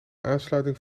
aansluiting